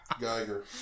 Geiger